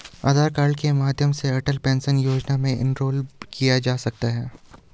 आधार card के माध्यम से अटल पेंशन योजना में इनरोल किया जा सकता है